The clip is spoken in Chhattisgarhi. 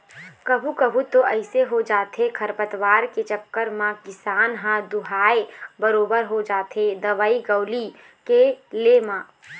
कभू कभू तो अइसे हो जाथे खरपतवार के चक्कर म किसान ह दूहाय बरोबर हो जाथे दवई गोली के ले म